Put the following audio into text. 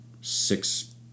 six